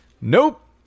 Nope